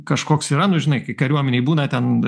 kažkoks yra nu žinai kai kariuomenėj būna ten